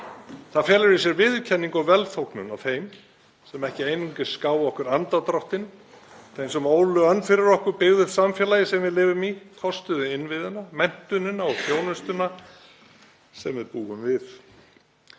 Það felur í sér viðurkenningu og velþóknun á þeim sem ekki einungis gáfu okkur andardráttinn heldur ólu önn fyrir okkur og byggðu upp samfélagið sem við lifum í, kostuðu innviðina, menntunina og þjónustuna sem við búum við.